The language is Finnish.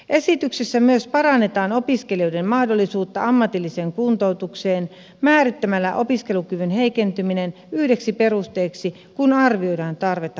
esityksessä myös parannetaan opiskelijoiden mahdollisuutta ammatilliseen kuntoutukseen määrittämällä opiskelukyvyn heikentyminen yhdeksi perusteeksi kun arvioidaan tarvetta kuntoutukseen